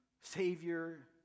savior